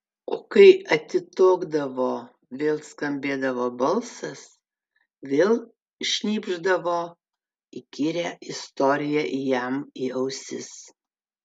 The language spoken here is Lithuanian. o kai atitokdavo vėl skambėdavo balsas vėl šnypšdavo įkyrią istoriją jam į ausis